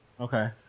Okay